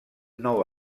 nou